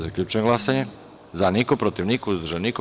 Zaključujem glasanje: za – niko, protiv – niko, uzdržanih – nema.